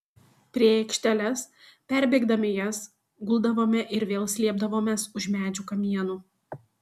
priėję aikšteles perbėgdami jas guldavome ir vėl slėpdavomės už medžių kamienų